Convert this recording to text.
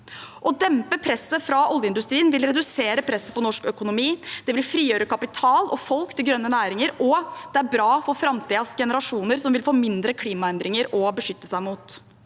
Å dempe presset fra oljeindustrien vil redusere presset på norsk økonomi, det vil frigjøre kapital og folk til grønne næringer, og det er bra for framtidens generasjoner som vil få færre klimaendringer å beskytte seg mot.